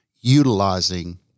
utilizing